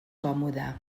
còmoda